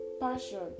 passion